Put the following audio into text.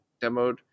demoed